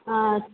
अच्छा